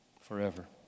forever